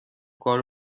کار